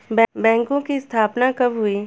बैंकों की स्थापना कब हुई?